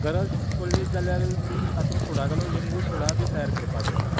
गरज पडलीच जाल्यार तातूंत सोडा घालून लिंबू सोडा बी तयार करपाक येता